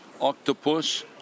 Octopus